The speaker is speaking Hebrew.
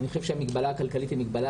אני חושב שהמגבלה הכלכלית היא מגבלה